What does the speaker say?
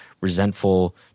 resentful